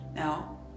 Now